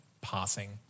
passing